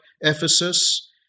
Ephesus